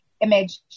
image